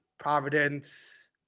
Providence